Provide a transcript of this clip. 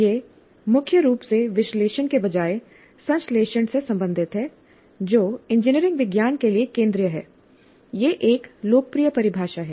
यह मुख्य रूप से विश्लेषण के बजाय संश्लेषण से संबंधित है जो इंजीनियरिंग विज्ञान के लिए केंद्रीय है यह एक लोकप्रिय परिभाषा है